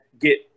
get